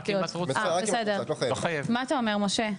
מה אתה אומר, משה?